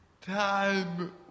time